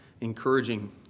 encouraging